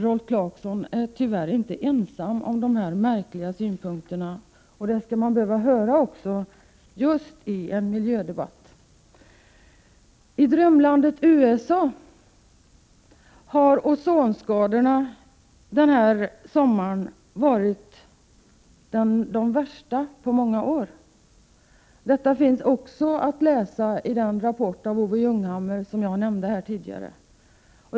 Rolf Clarkson är tyvärr inte ensam om dessa märkliga synpunkter. Och dem skall man behöva höra just i en miljödebatt! I drömlandet USA var ozonskadorna denna sommar de värsta på många år. Detta finns också att läsa i den rapport av Owe Ljunghammer som jag nämnde tidigare.